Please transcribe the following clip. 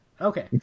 Okay